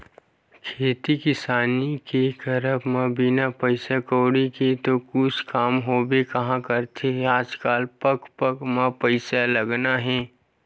खेती किसानी के करब म बिन पइसा कउड़ी के तो कुछु काम होबे काँहा करथे आजकल पग पग म पइसा लगना हे